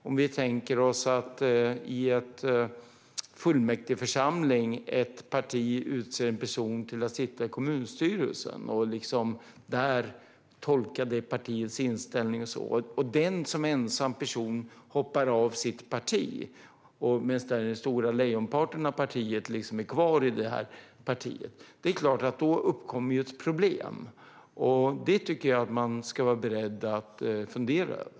Låt oss tänka oss att ett parti i en fullmäktigeförsamling utser en person till att sitta i kommunstyrelsen och där tolka det partiets inställning och att den personen sedan ensam hoppar av partiet medan lejonparten av medlemmarna är kvar i sitt parti. Då uppstår såklart ett problem, och det tycker jag att man ska vara beredd att fundera över.